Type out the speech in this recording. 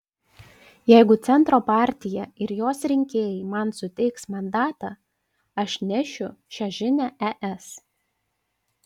jeigu centro partija ir jos rinkėjai man suteiks mandatą aš nešiu šią žinią es